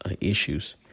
issues